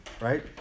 right